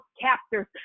captors